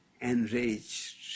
enraged